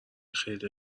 خیلی